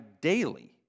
daily